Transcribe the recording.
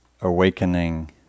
awakening